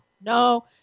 No